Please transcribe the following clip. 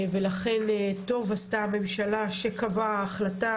לכן טוב עשתה הממשלה שקבעה החלטה,